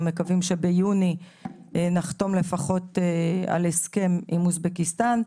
אנחנו מקווים שביוני נחתום על הסכם לפחות עם אוזבקיסטן,